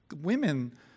Women